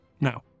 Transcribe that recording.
Now